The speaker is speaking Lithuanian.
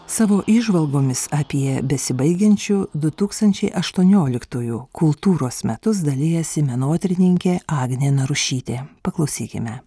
savo įžvalgomis apie besibaigiančių du tūkstančiai aštuonioliktųjų kultūros metus dalijasi menotyrininkė agnė narušytė paklausykime